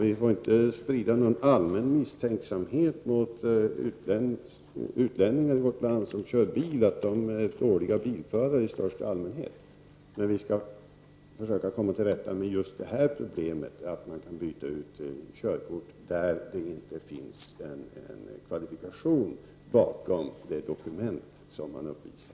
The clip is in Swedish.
Vi får inte sprida någon allmän misstänksamhet som går ut på att utlänningar som kör bil i vårt land är dåliga bilförare i största allmänhet. Men vi skall försöka komma till rätta med just det här problemet som består i att man kan byta körkort utan att det finns kvalifikation bakom de dokument som man uppvisar.